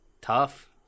tough